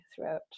throughout